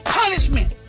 punishment